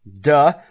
Duh